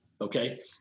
Okay